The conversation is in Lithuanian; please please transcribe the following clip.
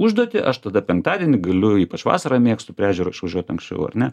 užduotį aš tada penktadienį galiu ypač vasarą mėgstu prie ežero išvažiuot anksčiau ar ne